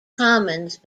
commons